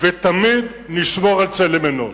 ותמיד נשמור על צלם אנוש.